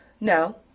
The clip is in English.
No